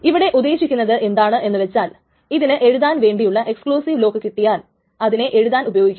ഇവിടെ ഉദ്ദേശിക്കുന്നത് എന്താണെന്ന് വെച്ചാൽ ഇതിന് എഴുതാൻ വേണ്ടിയുള്ള എക്സ്ക്ലൂസിവ് ലോക്ക് കിട്ടിയാൽ അതിനെ എഴുതാൻ ഉപയോഗിക്കുന്നു